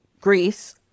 Greece